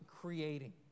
creating